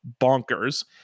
bonkers